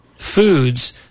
foods